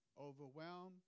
overwhelm